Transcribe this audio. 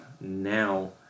now